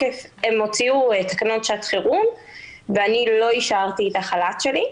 שהוציאו תקנות שעת חירום ואני לא אישרתי את החל"ת שלי.